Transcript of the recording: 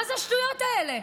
מה זה השטויות האלה?